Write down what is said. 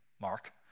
Mark